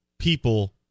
people